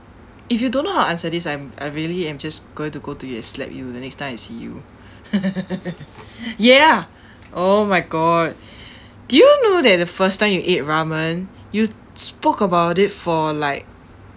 if you don't know how to answer this I'm I really am just going to go to you and slap you the next time I see you ya oh my god do you know that the first time you ate ramen you spoke about it for like